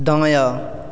दायाँ